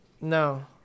no